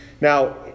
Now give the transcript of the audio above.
Now